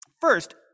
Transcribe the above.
First